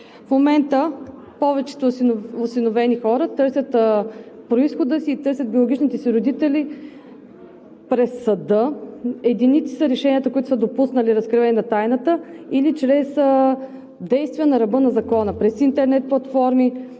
В момента повечето осиновени хора търсят произхода си и търсят биологичните си родители през съда. Единици са решенията, които са допуснали разкриване на тайната или чрез действия на ръба на Закона – през интернет платформи,